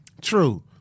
True